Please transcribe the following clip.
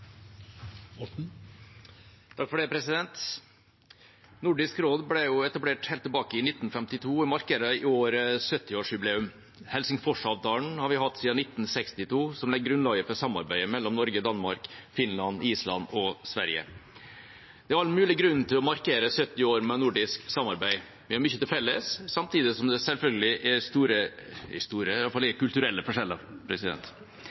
Nordisk råd ble etablert helt tilbake i 1952 og markerer i år 70-årsjubileum. Helsingforsavtalen, som legger grunnlaget for samarbeidet mellom Norge, Danmark, Finland, Island og Sverige, har vi hatt siden 1962. Det er all mulig grunn til å markere 70 år med nordisk samarbeid. Vi har mye til felles, samtidig som det selvfølgelig er kulturelle forskjeller. Likevel har vi i